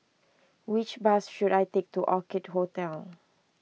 which bus should I take to Orchid Hotel